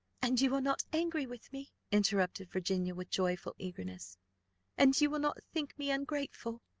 and you are not angry with me? interrupted virginia, with joyful eagerness and you will not think me ungrateful?